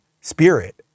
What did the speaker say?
spirit